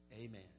Amen